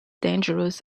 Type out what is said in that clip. dangerous